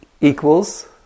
Equals